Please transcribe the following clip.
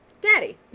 daddy